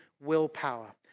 willpower